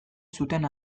zuten